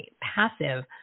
passive